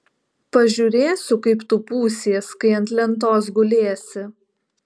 pažiūrėsiu kaip tu pūsies kai ant lentos gulėsi